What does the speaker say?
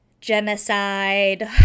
Genocide